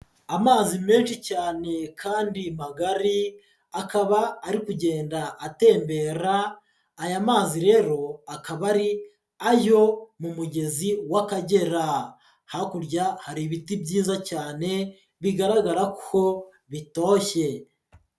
Amazi menshi cyane kandi magari akaba ari kugenda atembera, aya mazi rero akaba ari ayo mu mugezi w'Akagera, hakurya hari ibiti byiza cyane bigaragara ko bitoshye.